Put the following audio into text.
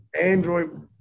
Android